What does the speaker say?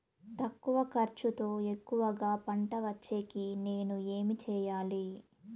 తక్కువ ఖర్చుతో ఎక్కువగా పంట వచ్చేకి నేను ఏమి చేయాలి?